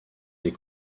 les